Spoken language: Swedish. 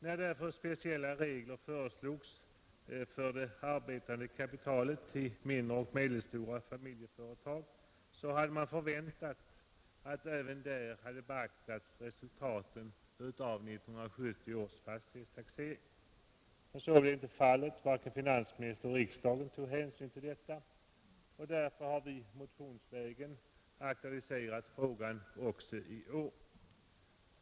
När därför speciella regler föreslogs för det arbetande kapitalet i mindre och medelstora familjeföretag, hade man väntat att även där hade beaktats resultaten av 1970 års fastighetstaxering. Men så blev inte fallet. Varken finansministern eller riksdagen tog hänsyn till detta, och därför har vi motionsvägen aktualiserat frågan också i år.